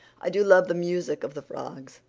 i do love the music of the frogs.